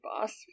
boss